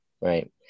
right